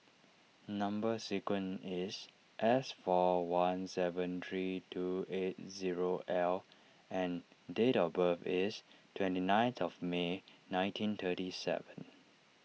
Number Sequence is S four one seven three two eight zero L and date of birth is twenty ninth of May nineteen thirty seven